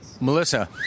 Melissa